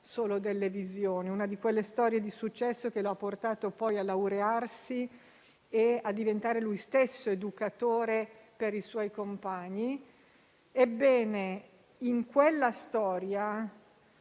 solo delle visioni; una di quelle storie di successo che lo ha portato poi a laurearsi e a diventare lui stesso educatore per i suoi compagni. Ebbene, in quella storia